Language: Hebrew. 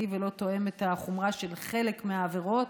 ולא תואם את החומרה של חלק מהעבירות,